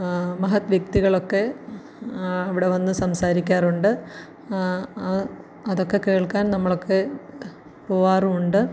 മഹത് വ്യക്തികളൊക്കെ അവിടെ വന്ന് സംസാരിക്കാറുണ്ട് അതൊക്കെ കേൾക്കാൻ നമ്മളൊക്കെ പോകാറുമുണ്ട്